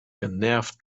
genervt